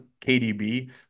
KDB